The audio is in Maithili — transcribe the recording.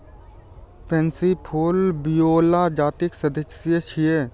पैंसी फूल विओला जातिक सदस्य छियै